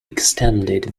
extended